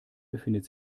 befindet